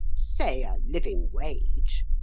say a living wage,